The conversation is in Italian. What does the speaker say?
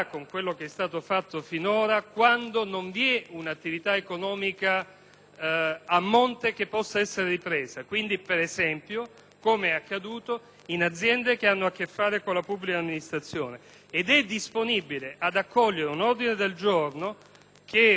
come è accaduto, in aziende che hanno a che fare con la pubblica amministrazione) ed è disponibile ad accogliere un ordine del giorno che, riformulando e riprendendo i temi alla base di questo emendamento, imponga al Governo, con periodicità che stabilirete,